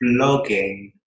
blogging